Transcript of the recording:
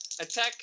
Attack